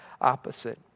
opposite